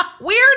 Weird